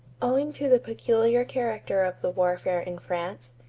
owing to the peculiar character of the warfare in france,